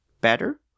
better